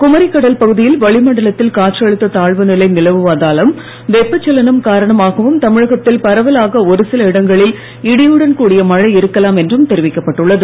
குமரிக் கடல் பகுதியில் வளிமண்டலத்தில் காற்றழுத்தத் தாழ்வுநிலை நிகழ்வதாலும் வெப்பச்சலனம் காரணமாகவும் தமிழகத்தில் பரவலாக ஒருசில இடங்களில் இடியுடன் கூடிய மழை இருக்கலாம் என்றும் தெரிவிக்கப் பட்டுள்ளது